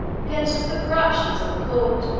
against the corruption's of the court.